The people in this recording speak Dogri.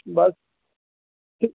बस